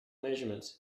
measurements